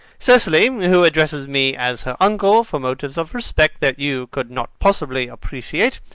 cecily, who addresses me as her uncle from motives of respect that you could not possibly appreciate,